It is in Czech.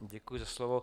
Děkuji za slovo.